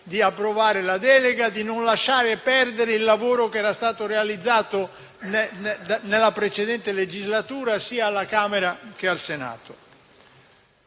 di approvare la delega e di non far andare perso il lavoro realizzato nella precedente legislatura sia alla Camera che al Senato.